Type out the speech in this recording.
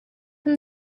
from